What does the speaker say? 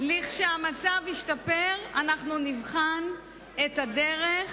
כשהמצב ישתפר אנחנו נבחן את הדרך